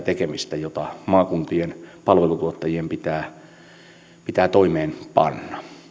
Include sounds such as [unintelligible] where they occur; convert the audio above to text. [unintelligible] tekemistä jota maakuntien palveluntuottajien pitää pitää toimeenpanna